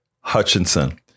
Hutchinson